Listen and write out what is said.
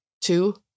Two